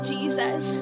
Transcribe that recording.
Jesus